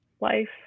life